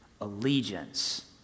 Allegiance